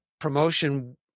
promotion